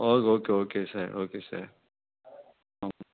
okay okay okay sir okay sir